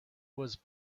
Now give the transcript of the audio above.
was